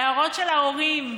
להערות של ההורים,